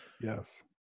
yes